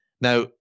Now